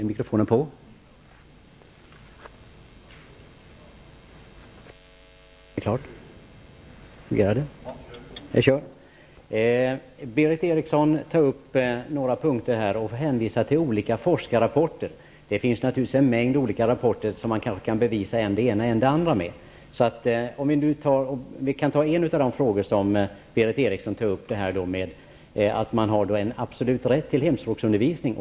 Herr talman! Berith Eriksson tar upp några frågor och hänvisar till olika forskarrapporter. Naturligtvis finns det en mängd olika rapporter med vilkas hjälp man kanske kan bevisa både det ena och det andra. En av de frågor som Berith Eriksson tar upp handlar om den absoluta rätten till hemspråksundervisning.